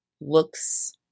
looks